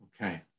okay